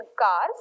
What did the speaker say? cars